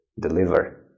Deliver